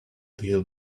deal